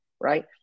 Right